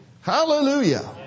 Hallelujah